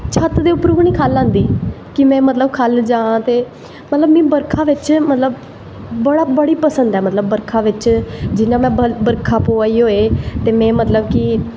छत्त दे उप्पर दा बी नी खल्ल आंदी कि में मतलव खल्ल जां ते मीं बरखा बिच्च मतलव बड़ी पसंद ऐ मतलव बरखा बिच्च जियां बरखा पवा दी होई ते में मतलव कि